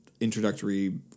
introductory